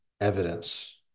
evidence